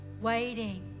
waiting